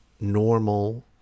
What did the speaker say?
normal